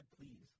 please